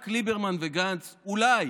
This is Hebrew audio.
רק ליברמן וגנץ אולי